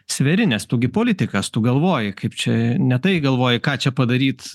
sveri nes tu gi politikas tu galvoji kaip čia ne tai galvoji ką čia padaryt